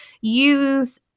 use